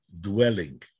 dwelling